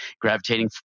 gravitating